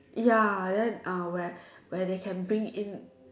ya then uh where where they can bring in